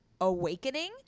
awakening